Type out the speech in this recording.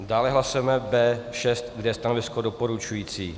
Dále hlasujeme B6, kde je stanovisko doporučující.